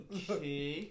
Okay